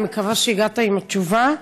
אני מקווה שהגעת עם התשובה.